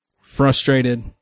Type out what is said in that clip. frustrated